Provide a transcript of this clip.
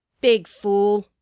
big fool!